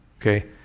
Okay